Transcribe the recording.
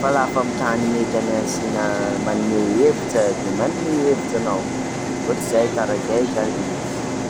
fa la fa amin'ny tany mety anasina manome hezvitra de manome hevitra anao, ohatr'izay, karaha zay zany izy.